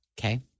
Okay